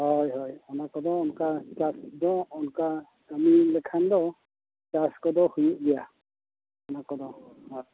ᱦᱳᱭ ᱦᱳᱭ ᱚᱱᱟ ᱠᱚᱫᱚ ᱚᱱᱠᱟ ᱪᱟᱥ ᱧᱚᱜ ᱚᱱᱠᱟ ᱠᱟᱹᱢᱤ ᱞᱮᱠᱷᱟᱱ ᱫᱚ ᱪᱟᱥ ᱠᱚᱫᱚ ᱦᱩᱭᱩᱜ ᱜᱮᱭᱟ ᱚᱱᱟ ᱠᱚᱫᱚ ᱟᱨ